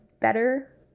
better